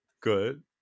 Good